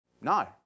No